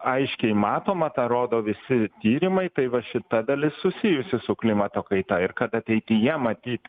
aiškiai matoma tą rodo visi tyrimai tai va šita dalis susijusi su klimato kaita ir kad ateityje matyt